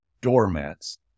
doormats